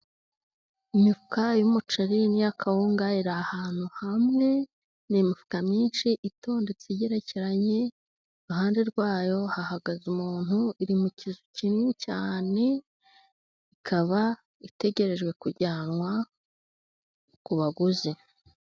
Imifuka y'umuceri n'iy'a kawunga, iri ahantu hamwe, ni imifuka myinshi itondetse, igerekeranye, iruhande rwa yo hahagaze umuntu, iri mu kizu kinini cyane, ikaba itegerejwe kujyanwa ku baguzi.